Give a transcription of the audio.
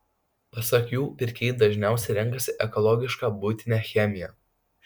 pasak jų pirkėjai dažniausiai renkasi ekologišką buitinę chemiją